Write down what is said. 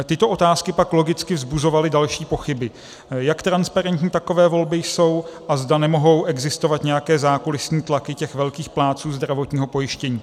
Tyto otázky pak logicky vzbuzovaly další pochyby, jak transparentní takové volby jsou a zda nemohou existovat nějaké zákulisní tlaky těch velkých plátců zdravotního pojištění.